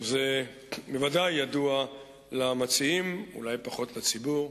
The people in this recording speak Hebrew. בוודאי ידוע למציעים, אולי פחות לציבור,